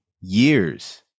years